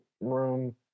room